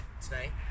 today